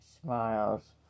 smiles